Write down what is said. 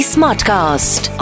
Smartcast